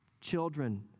Children